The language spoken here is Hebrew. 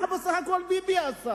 מה בסך הכול ביבי עשה?